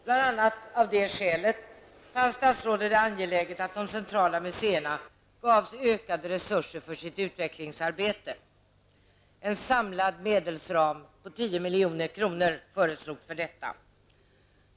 Bl.a. av det skälet fann statsrådet det angeläget att de centrala museerna gavs ökade resurser för sitt utvecklingsarbete. En samlad medelsram på 10 milj.kr. föreslogs för detta.